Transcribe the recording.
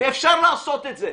ואפשר לעשות את זה.